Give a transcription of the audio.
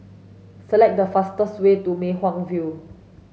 select the fastest way to Mei Hwan View